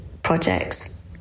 Projects